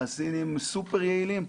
הסינים סופר יעילים,